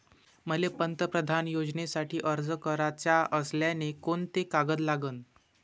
मले पंतप्रधान योजनेसाठी अर्ज कराचा असल्याने कोंते कागद लागन?